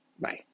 Bye